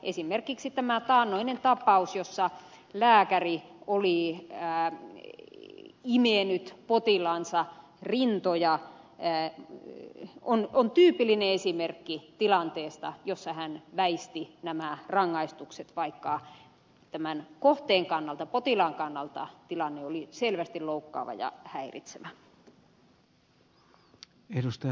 esimerkiksi tämä taannoinen tapaus jossa lääkäri oli imenyt potilaansa rintoja on tyypillinen esimerkki tilanteesta jossa hän väisti rangaistuksen vaikka tämän kohteen potilaan kannalta tilanne oli selvästi loukkaava ja häiritsevä